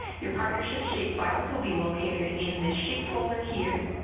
your partnership shapefiles will be located in this shape folder here,